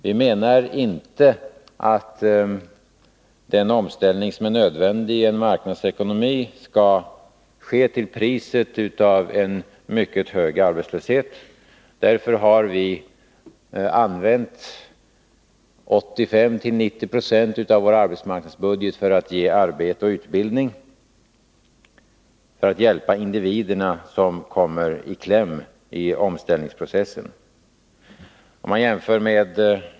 Vi menar att den omställning som är nödvändig i en marknadsekonomi inte skall ske till priset av en mycket hög arbetslöshet. Därför har vi använt 85-90 96 av vår arbetsmarknadsbudget för att ge arbete och utbildning, för att hjälpa de individer som kommer i kläm i omställningsprocessen.